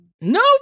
Nope